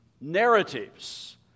narratives